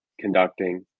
conducting